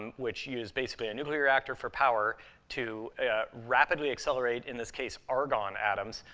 um which use, basically, a nuclear reactor for power to rapidly accelerate, in this case, argon atoms,